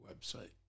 website